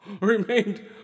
remained